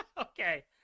Okay